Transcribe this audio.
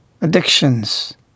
Addictions